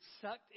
sucked